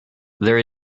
there